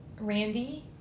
Randy